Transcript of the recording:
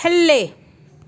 ਥੱਲੇ